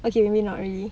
okay maybe not really